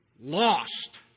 lost